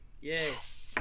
Yes